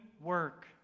work